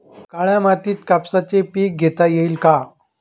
काळ्या मातीत कापसाचे पीक घेता येईल का?